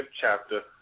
chapter